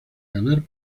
ganar